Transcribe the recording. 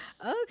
okay